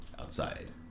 outside